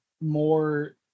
more